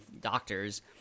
Doctors